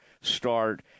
start